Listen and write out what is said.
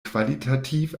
qualitativ